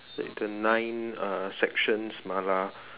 like the nine uh sections Mala